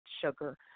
sugar